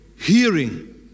hearing